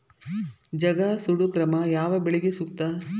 ಜಗಾ ಸುಡು ಕ್ರಮ ಯಾವ ಬೆಳಿಗೆ ಸೂಕ್ತ?